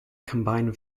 combined